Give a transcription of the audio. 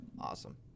Awesome